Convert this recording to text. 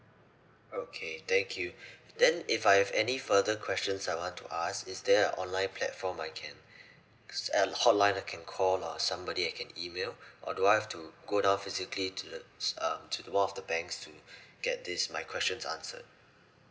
okay thank you then if I have any further questions I want to ask is there a online platform I can s~ err hotline I can call or somebody I can email or do I have to go down physically to the um to the one of the banks to get this my questions answered